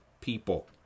people